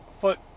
Foot